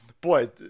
Boy